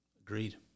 agreed